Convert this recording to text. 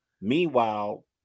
Meanwhile